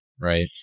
Right